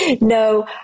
No